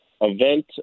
event